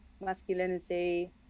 masculinity